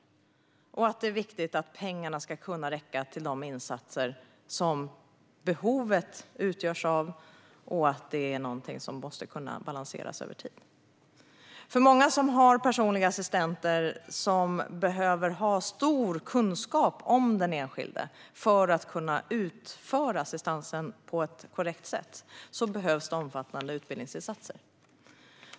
Det är viktigt att pengarna räcker till de insatser som det finns behov av och att detta kan balanseras över tid. För många som har personliga assistenter som behöver ha stor kunskap om den enskilde för att kunna utföra assistansen på ett korrekt sätt behövs omfattande utbildningsinsatser.